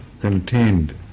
contained